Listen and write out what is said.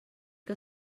que